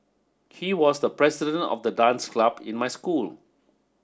he was the president of the dance club in my school